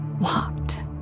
walked